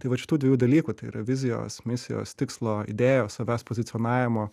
tai vat šitų dviejų dalykų tai yra vizijos misijos tikslo idėjos savęs pozicionavimo